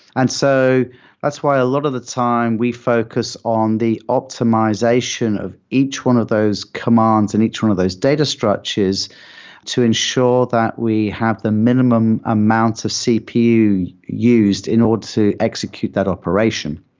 and so that's why a lot of the time we focus on the optimization of each one of those commands and each one of those data structures to ensure that we have the minimum amount of cpu used in order to execute that operation.